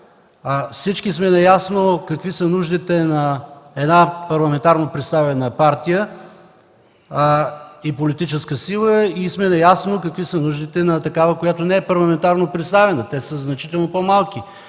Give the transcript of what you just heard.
Наясно сме какви са нуждите на парламентарно представена партия и политическа сила и какви са нуждите на такава, която не е парламентарно представена – те са значително по-малки,